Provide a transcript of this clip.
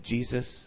Jesus